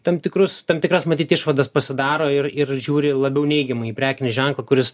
tam tikrus tam tikras matyt išvadas pasidaro ir ir žiūri labiau neigiamai į prekinį ženklą kuris